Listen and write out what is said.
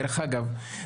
דרך אגב,